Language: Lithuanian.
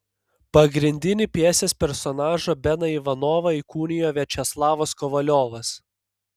pagrindinį pjesės personažą beną ivanovą įkūnijo viačeslavas kovaliovas